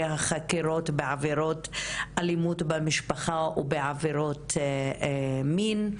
החקירות בעבירות אלימות במשפחה ובעבירות מין.